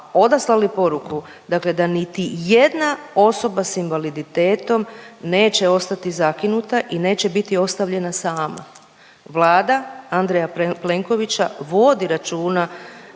odaslali poruku da niti jedna osoba s invaliditetom neće ostati zakinuta i neće biti ostavljena sama. Vlada Andreja Plenkovića vodi računa